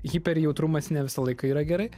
hiper jautrumas ne visą laiką yra gerai